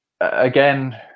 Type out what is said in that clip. Again